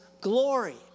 glory